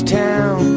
town